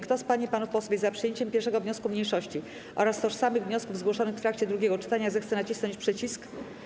Kto z pań i panów posłów jest za przyjęciem 1. wniosku mniejszości oraz tożsamych wniosków zgłoszonych w trakcie drugiego czytania, zechce nacisnąć przycisk.